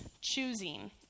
choosing